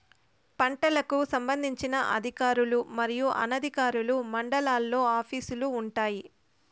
పంటలకు సంబంధించిన అధికారులు మరియు అనధికారులు మండలాల్లో ఆఫీస్ లు వుంటాయి?